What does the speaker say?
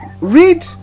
read